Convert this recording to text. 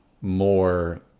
more